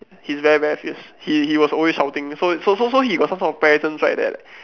he's very very fierce he he was always shouting so so so so he got some sort of presence right there